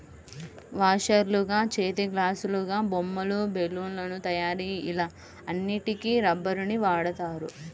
వాషర్లుగా, చేతిగ్లాసులాగా, బొమ్మలు, బెలూన్ల తయారీ ఇలా అన్నిటికి రబ్బరుని వాడుతారు